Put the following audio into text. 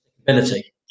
ability